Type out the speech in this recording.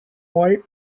white